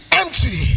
empty